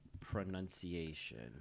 pronunciation